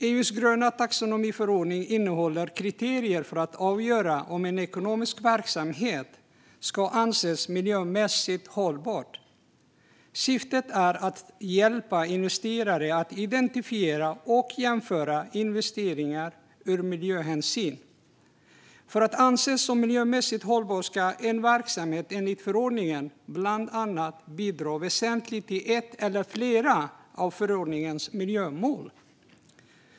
EU:s gröna taxonomiförordning innehåller kriterier för att avgöra om en ekonomisk verksamhet ska anses vara miljömässigt hållbar. Syftet är att hjälpa investerare att identifiera och jämföra investeringar ur miljöhänsyn. För att anses som miljömässigt hållbar ska en verksamhet enligt förordningen bland annat bidra väsentligt till ett eller flera av förordningens miljömål.